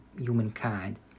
humankind